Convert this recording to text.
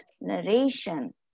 narration